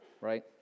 right